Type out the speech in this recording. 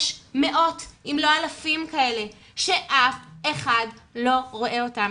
יש מאות אם לא אלפים כאלה שאף אחד לא רואה אותם.